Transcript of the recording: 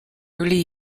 early